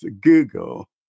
Google